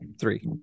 three